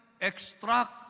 extract